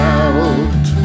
out